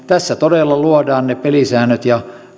tässä lakiesityksessä todella luodaan ne raamit ja